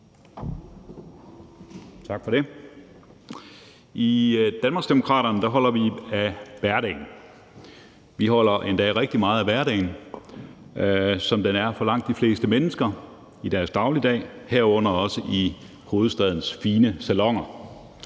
I Danmarksdemokraterne holder vi af hverdagen. Vi holder endda rigtig meget af hverdagen, som den er for langt de fleste mennesker, herunder også i hovedstadens fine saloner.